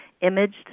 imaged